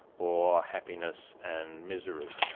or happiness and misery.